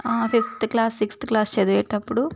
fifth class sixth class చదివేటప్పుడు